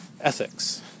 Ethics